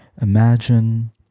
Imagine